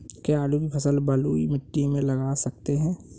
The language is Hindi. क्या आलू की फसल बलुई मिट्टी में लगा सकते हैं?